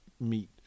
meet